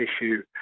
issue